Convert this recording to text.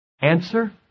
Answer